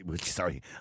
sorry